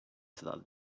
that